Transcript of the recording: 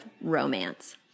romance